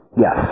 Yes